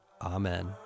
Amen